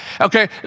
Okay